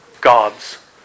God's